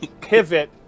pivot